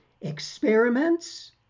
experiments